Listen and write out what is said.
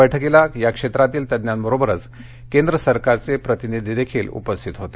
बैठकीला या क्षेत्रातील तज्ज्ञांबरोबरच केंद्र सरकारचे प्रतिनिधीही उपस्थित होते